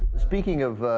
speaking of